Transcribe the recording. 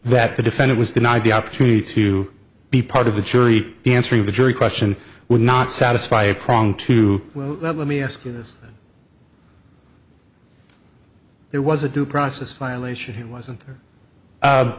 that to defend it was denied the opportunity to be part of the jury answering the jury question would not satisfy a prong to that let me ask you this there was a due process violation it wasn't the